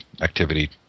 activity